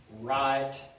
Right